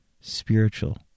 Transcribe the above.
spiritual